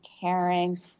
caring